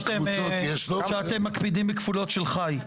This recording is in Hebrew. יפה מאוד שאתם מקפידים בכפולות של ח"י.